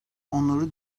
onları